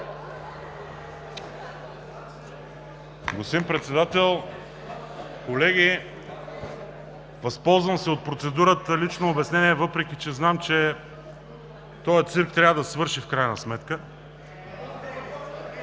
Господин Председател, колеги! Възползвам се от процедурата лично обяснение, въпреки че знам, че този цирк трябва да свърши в крайна сметка.